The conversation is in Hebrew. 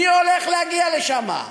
מי הולך להגיע לשם?